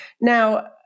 Now